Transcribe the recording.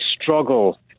struggle